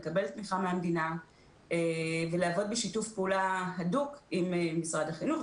לקבל תמיכה מהמדינה ולעבוד בשיתוף פעולה הדוק עם משרד החינוך,